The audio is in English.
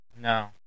No